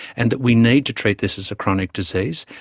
and that we need to treat this as a chronic disease,